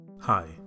Hi